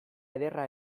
ederra